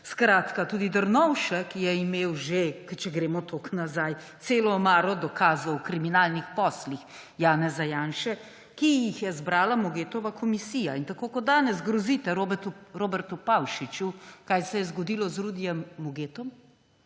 Skratka, tudi Drnovšek je že imel, če gremo toliko nazaj, celo omaro dokazov o kriminalnih poslih Janeza Janše, ki jih je zbrala Mogetova komisija in tako kot danes grozite Robertu Pavšiču – kaj se je zgodilo z Rudijem Mogetom?